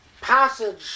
passage